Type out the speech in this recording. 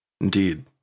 Indeed